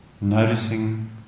Noticing